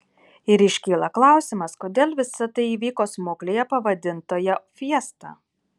ir iškyla klausimas kodėl visa tai įvyko smuklėje pavadintoje fiesta